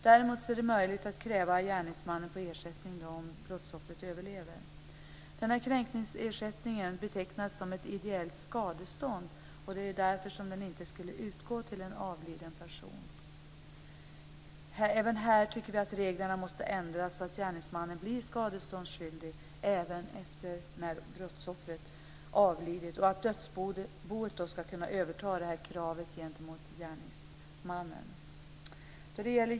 Däremot är det möjligt att kräva gärningsmannen på ersättning om brottsoffret överlever. Denna kränkningsersättning betecknas som ett ideellt skadestånd, och det är därför som den inte skulle utgå till en avliden person. Här tycker vi att reglerna måste ändras så att gärningsmannen blir skadeståndsskyldig även när brottsoffret avlidit och att dödsboet ska kunna överta kravet gentemot gärningsmannen.